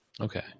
Okay